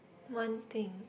one thing